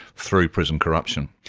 through prison corruption.